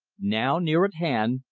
now near at hand,